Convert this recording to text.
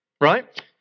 right